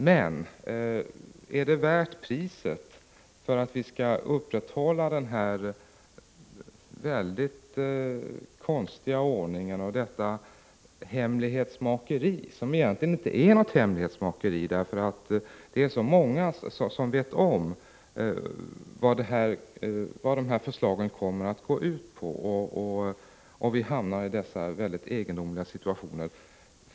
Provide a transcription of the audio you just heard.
Men är det värt priset att vi för den skull upprätthåller denna konstiga ordning och detta hemlighetsmakeri, som egentligen inte är något sådant, eftersom det är så många som vet om vad förslagen kommer att gå ut på? Är det värt att vi för den skull hamnar i dessa egendomliga situationer?